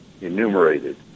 Enumerated